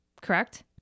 correct